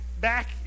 back